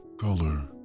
color